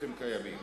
אתם קיימים.